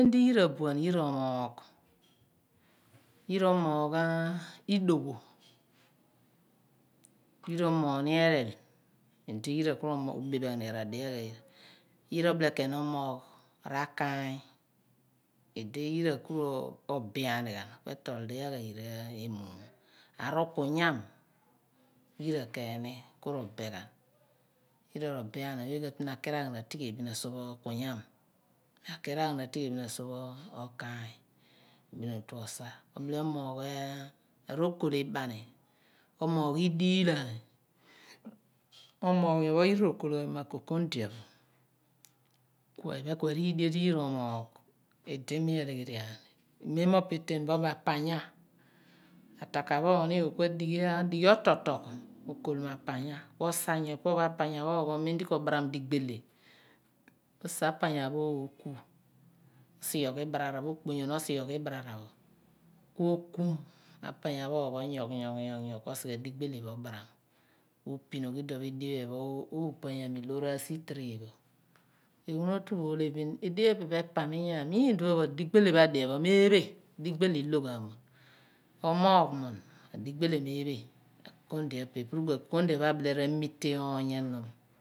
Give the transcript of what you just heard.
Mem di yira abuan yira omoogh idowo yira omoogh ehlel di yira ku robeph aani ghan r adighaagh ayira yira obile ken omoogh rakaany idi yira ku robeh aani ghan ku etol dighaagh ajira emuum okuyam ken ni yira ku robeh ghan yira robeh aani ghan oye ka tue ni aki raaghana atigheli bin asoph okenyaam bin otu osa obile omoogh rokole ibani omoogh idiilaany omoogh nyopho yira ro kul ghan bo mu koko ndia ku iphen ku arildien di yira oomogh idi mi augheri aam men opo eten bo ka bo idion pho apanya ataka pho ooni ku adighi ototogh ku alkol mo apanya ku osa nyopo pho apanya pho ophon opho ku obaram digbele ku osa apanya pho ooku osugiogh ibarara okponyon ibarara pho ku okum apanya pho yongho ku osighe digbele pho obaram ku opinogh uduon edien pho ephen pho oopanyami loor asi tray pho eghunity pho ohle bin edien pho epe pho epam in yaam nyulipho adigbele pho illo ghan mun umoogh mun meephe akokondie ape akokondia abile ra mite oony enum.